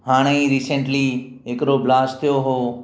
हाणे ई रीसेंटली हिकिड़ो ब्लास्ट थियो हो